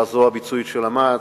הזרוע הביצועית של מע"צ,